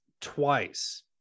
twice